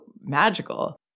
magical